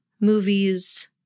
movies